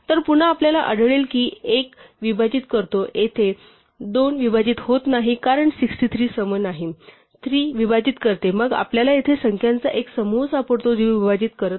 तर पुन्हा आपल्याला आढळेल की 1 विभाजित करतो येथे 2 विभाजित होत नाही कारण 63 सम नाही 3 विभाजित करते मग आपल्याला येथे संख्यांचा एक समूह सापडतो जो विभाजित करत नाही